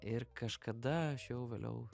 ir kažkada aš jau vėliau